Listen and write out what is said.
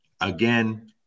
Again